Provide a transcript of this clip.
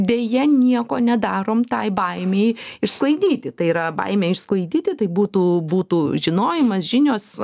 deja nieko nedarom tai baimei išsklaidyti tai yra baimę išsklaidyti tai būtų būtų žinojimas žinios